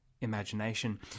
imagination